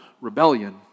rebellion